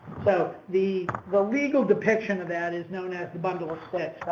so the, the legal depiction of that is known as the bundle of sticks.